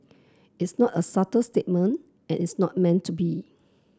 it's not a subtle statement and it's not meant to be